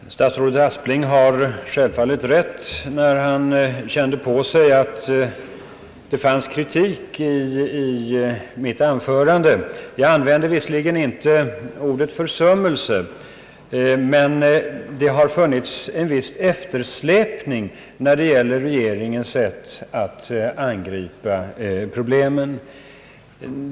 Herr talman! Statsrådet Aspling hade självfallet rätt när han kände på sig att det låg kritik i mitt anförande. Jag använde visserligen inte ordet »försummelse», men det har däremot funnits en viss »eftersläpning» i regeringens sätt att angripa problemen.